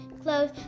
clothes